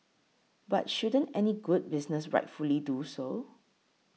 but shouldn't any good business rightfully do so